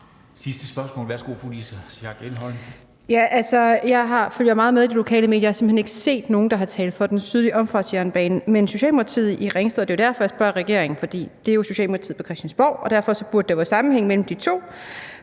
14:27 Louise Schack Elholm (V): Jeg følger meget med i de lokale medier, og jeg har simpelt hen ikke set nogen, der har talt for den sydlige omfartsjernbane. Men Socialdemokratiet i Ringsted – det er derfor, jeg spørger regeringen, for det er jo Socialdemokratiet på Christiansborg, og derfor burde der være sammenhæng mellem de to